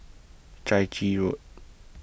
Chai Chee Road